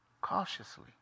cautiously